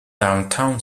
downtown